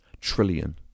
trillion